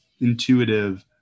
intuitive